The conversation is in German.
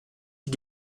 die